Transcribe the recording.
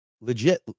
legit